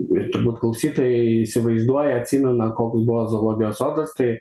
ir turbūt klausytojai įsivaizduoja atsimena koks buvo zoologijos sodas tai